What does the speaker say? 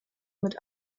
mit